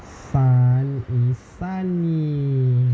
sun is sunny